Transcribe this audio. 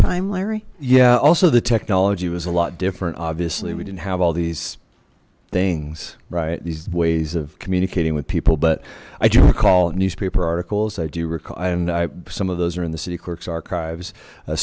time larry yeah also the technology was a lot different obviously we didn't have all these things right these ways of communicating with people but i do recall newspaper articles i do recall some of those are in the city clerk's archives